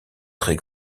très